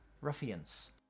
ruffians